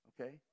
Okay